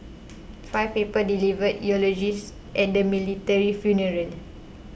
five people delivered eulogies at the military funeral